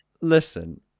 listen